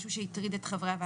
משהו שהטריד את חברי הוועדה.